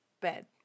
bed